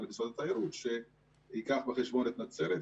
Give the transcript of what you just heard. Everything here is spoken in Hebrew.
למשרד התיירות שייקח בחשבון את נצרת,